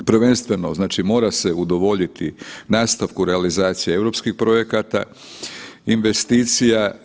Prvenstveno, mora se udovoljiti nastavku realizacije europskih projekata, investicija.